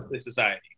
society